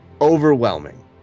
overwhelming